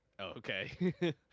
Okay